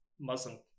Muslim